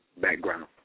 background